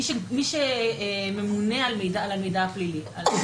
מי שממונה על המידע הפלילי.